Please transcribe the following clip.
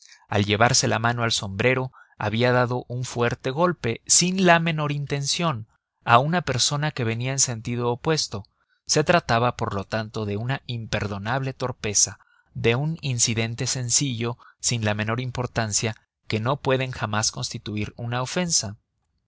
al llevarse la mano al sombrero había dado un fuerte golpe sin la menor intención a una persona que venía en sentido opuesto se trataba por lo tanto de una imperdonable torpeza de un incidente sencillo sin la menor importancia que no pueden jamás constituir una ofensa